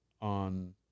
on